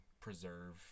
preserve